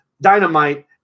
Dynamite